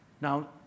Now